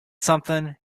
something